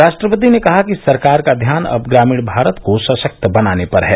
राष्ट्रपति ने कहा कि सरकार का ध्यान अब ग्रामीण भारत को सशक्त बनाने पर है